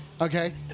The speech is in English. Okay